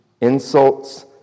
insults